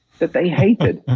that they hated,